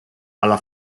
alla